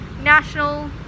National